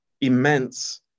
immense